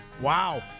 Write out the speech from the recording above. Wow